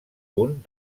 punt